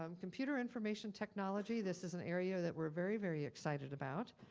um computer information technology, this is an area that we're very very excited about.